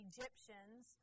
Egyptians